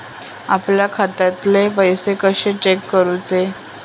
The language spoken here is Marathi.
आपल्या खात्यातले पैसे कशे चेक करुचे?